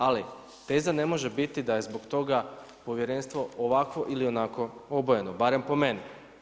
Ali, teza ne može biti da je zbog toga povjerenstvo ovakvo ili onako obojeno, barem po meni.